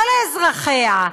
לא לאזרחיה,